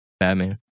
Batman